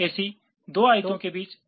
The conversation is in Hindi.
ऐसी दो आयतों के बीच रिक्ति है